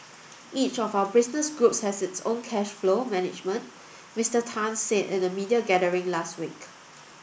each of our business groups has its own cash flow management Mister Tan said in a media gathering last week